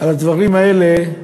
על הדברים האלה,